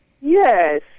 Yes